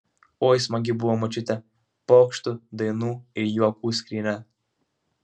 oi smagi buvo močiutė pokštų dainų ir juokų skrynia